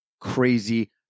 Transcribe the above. crazy